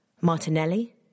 Martinelli